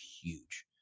huge